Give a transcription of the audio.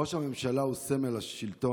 ראש הממשלה הוא סמל השלטון,